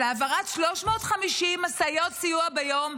של העברת 350 משאיות סיוע ביום,